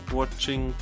watching